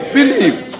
believe